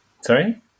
Sorry